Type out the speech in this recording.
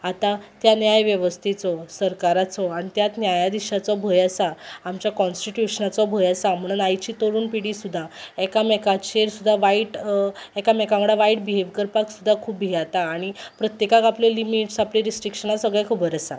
आतां त्या न्याय वेवस्तेचो सरकाराचो आनी त्याच न्यायाधिशाचो भंय आसा आमच्या कॉन्स्टिट्युशनाचो भंय आसा म्हणोन आयची तरूण पिडी सुद्दां एकामेकाचेर सुद्दां वायट एकामेका वांगडा वायट बिहेव करपाक सुद्दां खूब भियेता आनी प्रत्येकाक आपलें लिमीट आपले रिस्ट्रिक्शनां सगलें खबर आसा